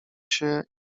się